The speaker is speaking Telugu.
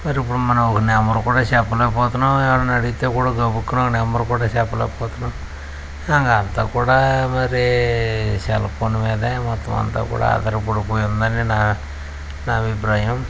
మరి ఇప్పుడు మనం నెంబర్ కూడా చెప్పలేకపోతున్నాం ఎవరైన గబ్బుకున అడిగితే నెంబర్ కూడా చెప్పలేకపోతున్నాం ఇంకా అంతా కూడా మరి సెల్ఫోన్ మీద మొత్తం కూడా ఆధార పడిపోయారు ఉన్నారు అని మరి నా అభిప్రాయం